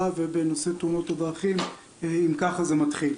ובנושא תאונות הדרכים אם ככה זה מתחיל.